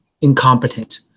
incompetent